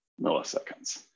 milliseconds